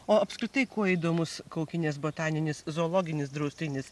o apskritai kuo įdomus kaukinės botaninis zoologinis draustinis